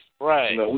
right